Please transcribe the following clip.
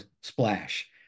Splash